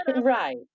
Right